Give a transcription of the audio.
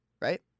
right